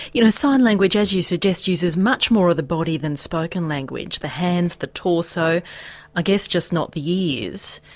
you know sign language as you suggest uses much more of the body than spoken language, the hands, the torso ah guess just not the ears.